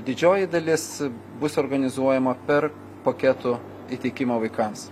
didžioji dalis bus organizuojama per paketų įteikimą vaikams